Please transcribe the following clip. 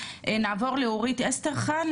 נעבור לאורית אסטרחן,